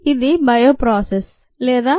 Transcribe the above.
ఇది bio process లేదా bio process